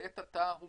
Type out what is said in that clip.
לעת עתה הוא